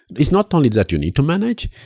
it's not only that you need to manage.